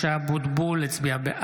(קורא בשמות חברי הכנסת) משה אבוטבול הצביע בעד.